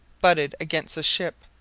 butted against the ship,